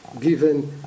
given